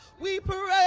we pray.